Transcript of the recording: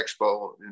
expo